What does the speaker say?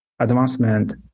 Advancement